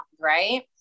Right